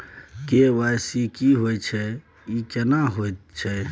KYC की होय छै, ई केना होयत छै?